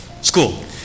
school